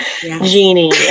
Genie